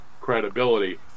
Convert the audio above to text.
credibility